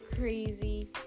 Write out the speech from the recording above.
crazy